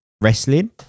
wrestling